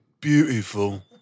beautiful